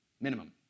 Minimum